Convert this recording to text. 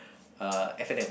uh F and N